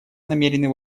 намерены